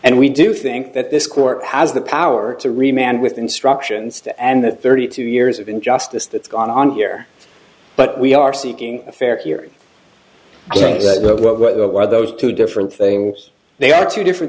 and we do think that this court has the power to remain with instructions to end that thirty two years of injustice that's gone on here but we are seeking a fair hearing are those two different things they are two different